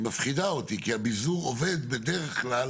היא מפחידה אותי כי הביזור עובד בדרך כלל